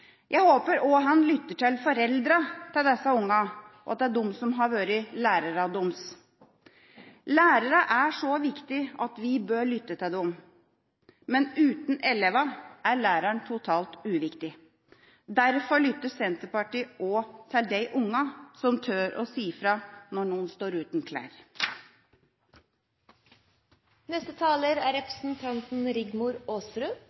Jeg håper også han lytter til foreldrene til disse ungene, og til dem som har vært lærerne deres. Lærerne er så viktige at vi bør lytte til dem, men uten elevene er læreren totalt uviktig. Derfor lytter Senterpartiet også til de ungene som tør å si ifra når noen står uten klær. Det er